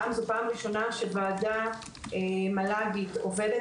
הפעם זו פעם ראשונה שוועדה מל"גית עובדת